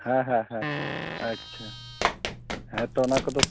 ᱦᱮᱸ ᱦᱮᱸ ᱦᱮᱸ ᱟᱪᱪᱷᱟ ᱦᱮᱸ ᱛᱳ ᱚᱱᱟ ᱠᱚᱫᱚ